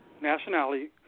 nationality